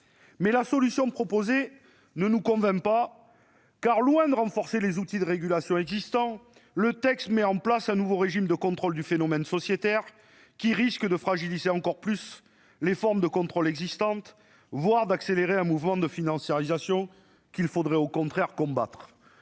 Mais la solution proposée ne nous convainc pas. Loin de renforcer les outils de régulation existants, le texte instaure un nouveau régime de contrôle du phénomène sociétaire qui risque de fragiliser encore davantage les formes de contrôle existantes, voire d'accélérer un mouvement de financiarisation qu'il faudrait au contraire combattre.